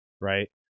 Right